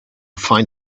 find